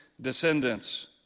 descendants